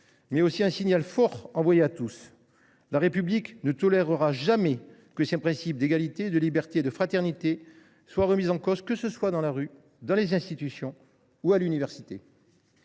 mais aussi d’un signal fort envoyé à tous : la République ne tolérera jamais que ses principes d’égalité, de liberté et de fraternité se trouvent remis en cause, que ce soit dans la rue, dans les institutions ou à l’université.